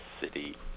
city